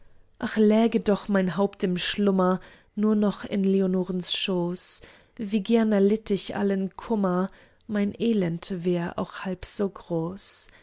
ach läge doch mein haupt im schlummer nur noch in leonorens schoß wie gern erlitt ich allen kummer mein elend wär auch halb so groß